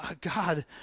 God